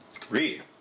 Three